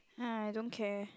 !ha! I don't care